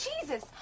Jesus